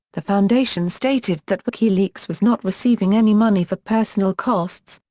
the foundation stated that wikileaks was not receiving any money for personnel costs,